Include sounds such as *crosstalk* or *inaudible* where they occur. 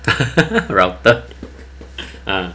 *laughs* router ah